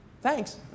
Thanks